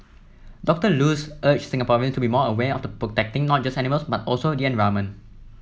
Doctor Luz urged Singaporean to be more aware of protecting not just animals but also the environment